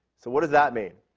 so what does that mean?